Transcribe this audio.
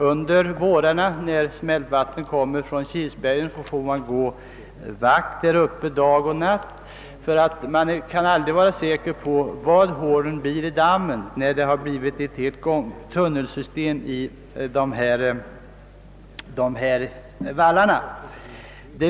Under vårarna när smältvattnet kommer från Kilsbergen får man gå vakt där uppe dag och natt, eftersom man aldrig kan veta var hålen skall uppstå i dammen när det har blivit ett helt tunnelsystem i vallarna.